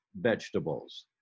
vegetables